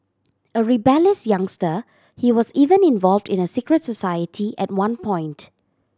a rebellious youngster he was even involved in a secret society at one point